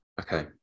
okay